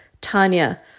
Tanya